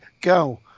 go